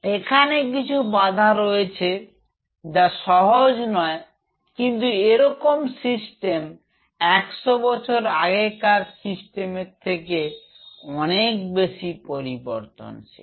এখানে কিছু বাধা রয়েছে যা সহজ নয় কিন্তু এরকম সিস্টেম 100 বছর আগেকার সিস্টেম এর থেকে অনেক বেশি পরিবর্তনশীল